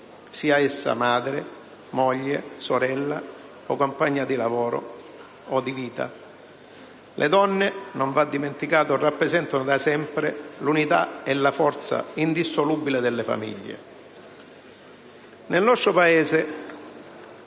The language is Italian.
sia essa madre, moglie, sorella o compagna di lavoro o di vita. Le donne - non va dimenticato - rappresentano da sempre l'unità e la forza indissolubile delle famiglie. Nel nostro Paese